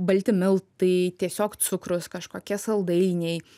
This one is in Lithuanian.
balti miltai tiesiog cukrus kažkokie saldainiai